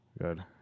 Good